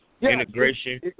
integration